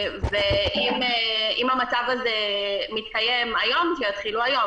ואם המצב הזה מתקיים היום שיתחילו היום,